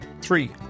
three